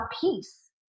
peace